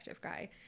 guy